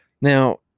Now